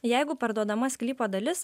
jeigu parduodama sklypo dalis